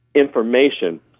information